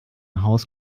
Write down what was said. house